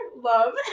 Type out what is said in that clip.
love